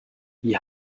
wie